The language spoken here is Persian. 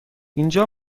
اینجا